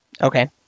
Okay